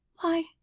Why